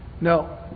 No